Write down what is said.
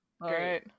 Great